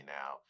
now